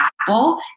Apple